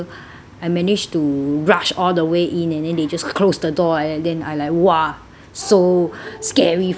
I managed to rush all the way in and then they just close the door and then I like !wah! so scary for me